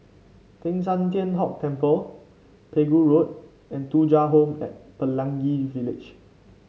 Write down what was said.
Teng San Tian Hock Temple Pegu Road and Thuja Home at Pelangi Village